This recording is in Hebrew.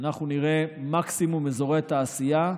אנחנו נראה מקסימום אזורי תעשייה,